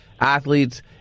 athletes